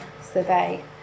survey